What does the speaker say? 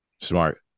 Smart